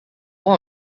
one